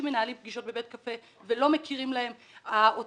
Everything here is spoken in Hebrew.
מנהלים פגישות בבית קפה ולא מכירים להם בהוצאות.